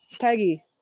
Peggy